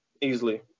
easily